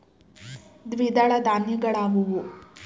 ದ್ವಿದಳ ಧಾನ್ಯಗಳಾವುವು?